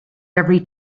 every